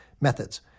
Methods